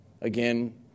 Again